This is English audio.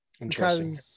Interesting